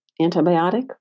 antibiotic